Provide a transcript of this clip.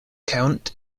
count